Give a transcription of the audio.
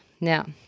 Now